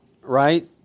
right